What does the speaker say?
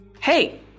Hey